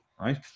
Right